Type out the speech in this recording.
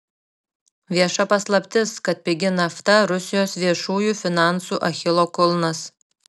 vieša paslaptis kad pigi nafta rusijos viešųjų finansų achilo kulnas